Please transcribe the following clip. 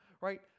right